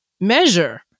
measure